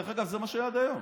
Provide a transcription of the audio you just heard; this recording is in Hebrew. דרך אגב, זה מה שהיה עד היום.